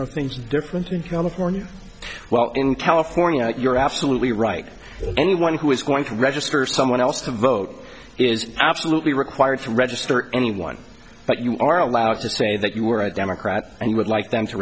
are things different in california well in california you're absolutely right that anyone who is going to register someone else to vote is absolutely required to register anyone but you are allowed to say that you were a democrat and you would like them to